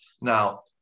Now